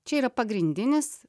čia yra pagrindinis